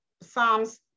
Psalms